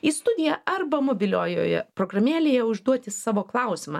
į studiją arba mobiliojoje programėlėje užduoti savo klausimą